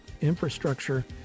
infrastructure